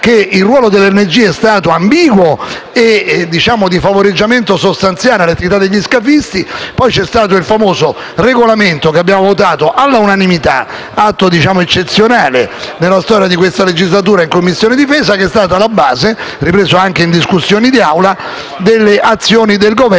che il ruolo delle ONG è stato ambiguo e di favoreggiamento sostanziale alle attività degli scafisti. Poi c'è stato il famoso regolamento che abbiamo votato all'unanimità - atto eccezionale nella storia di questa legislatura - in Commissione difesa, e discusso anche in Aula, che è stato alla base delle azioni del Governo